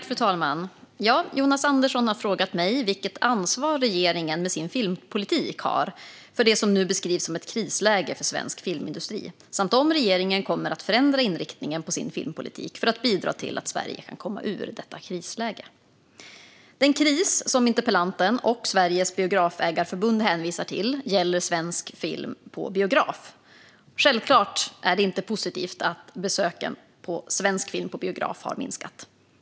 Fru talman! Jonas Andersson har frågat mig vilket ansvar regeringen med sin filmpolitik har för det som nu beskrivs som ett krisläge för svensk filmindustri samt om regeringen kommer att förändra inriktningen på sin filmpolitik för att bidra till att Sverige kan komma ur detta krisläge. Den kris som interpellanten och Sveriges Biografägareförbund hänvisar till gäller svensk film som visas på biograf. Självklart är det inte positivt att besöken på svensk film på biograf har minskat.